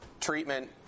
Treatment